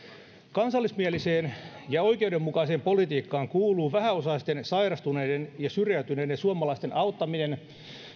kansallismieliseen ja oikeudenmukaiseen politiikkaan kuuluu vähäosaisten sairastuneiden ja syrjäytyneiden suomalaisten auttaminen